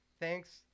thanks